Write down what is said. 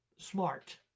smart